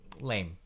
lame